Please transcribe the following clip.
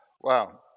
Wow